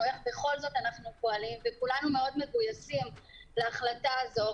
איך אנחנו בכל זאת פועלים וכולנו מאוד מגויסים להחלטה הזו.